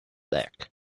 back